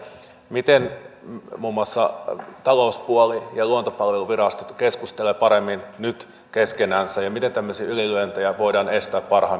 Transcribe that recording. miten muun muassa talouspuoli ja luontopalveluvirasto keskustelevat paremmin nyt keskenänsä ja miten tämmöisiä ylilyöntejä voidaan estää parhaimmalla mahdollisella tavalla